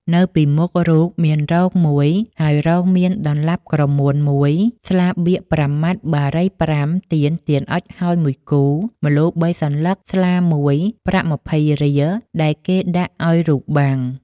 នៅពីមុខរូបមានរងមួយ ហើយរងមានដន្លាប់ក្រមួន១ ស្លាបៀក៥ម៉ាត់ បារី៥ ទៀន ទៀនអុជហើយ១គូ ម្លូ៣សន្លឹក ស្លាមួយ ប្រាក់២០រៀល ដែលគេដាក់ឲ្យរូបបាំង ។